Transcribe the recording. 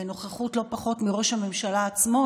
בנוכחות לא פחות מראש הממשלה עצמו,